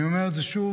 אני אומר את זה שוב: